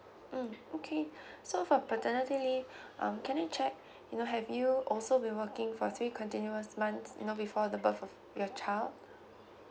mm okay so for paternity leave um can I check you know have you also been working for three continuous months you know before the birth of your child